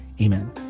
Amen